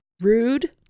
rude